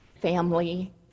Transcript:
family